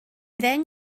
ddeng